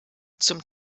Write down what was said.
zum